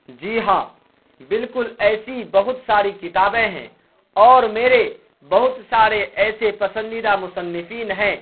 جی ہاں بالکل ایسی بہت ساری کتابیں ہیں اور میرے بہت سارے ایسے پسندیدہ مصنفین ہیں